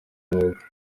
umwuga